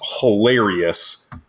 hilarious